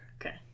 Okay